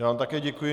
Já vám také děkuji.